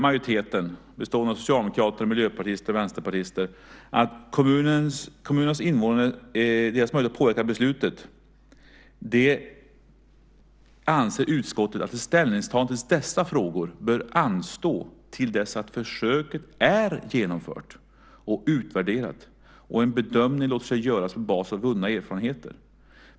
Majoriteten bestående av socialdemokrater, miljöpartister och vänsterpartister skriver: När det gäller kommunernas invånares möjligheter att påverka beslutet anser utskottet att ett ställningstagande till dessa frågor bör anstå till dess att försöket är genomfört och utvärderat och en bedömning låter sig göras på basis av vunna erfarenheter.